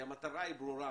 המטרה היא ברורה,